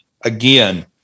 again